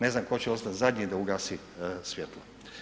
Ne znam tko će ostati zadnji da ugasi svjetlo.